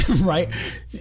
right